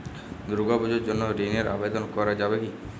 দুর্গাপূজার জন্য ঋণের আবেদন করা যাবে কি?